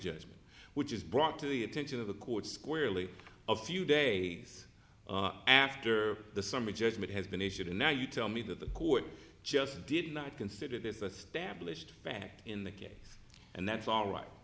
judgment which is brought to the attention of a court squarely a few days after the summary judgment has been issued and now you tell me that the court just did not consider this a stablished fact in the case and that's all right